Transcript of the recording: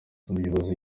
umuyobozi